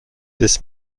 des